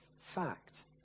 fact